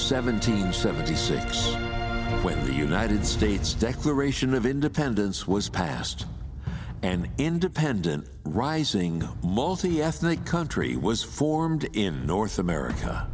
two seventy six when the united states declaration of independence was passed an independent rising multiethnic country was formed in north america